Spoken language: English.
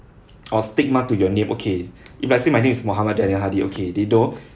or stigma to your name okay if I say my name is mohamad daniel hadi okay they don't